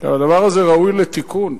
והדבר הזה ראוי לתיקון.